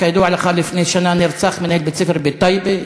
כידוע לך, לפני שנה נרצח מנהל בית-ספר בטייבה,